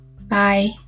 bye